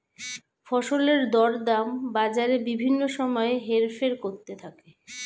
ফসলের দরদাম বাজারে বিভিন্ন সময় হেরফের করতে থাকে